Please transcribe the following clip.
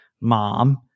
mom